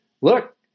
look